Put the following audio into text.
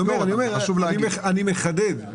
--- ממשלות מעבר,